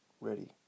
ready